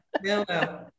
no